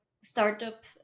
startup